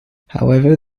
however